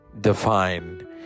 define